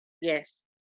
Yes